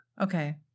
okay